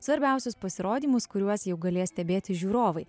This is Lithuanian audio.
svarbiausius pasirodymus kuriuos jau galės stebėti žiūrovai